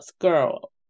girl